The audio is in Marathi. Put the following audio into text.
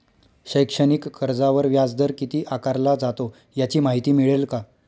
शैक्षणिक कर्जावर व्याजदर किती आकारला जातो? याची माहिती मिळेल का?